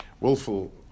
willful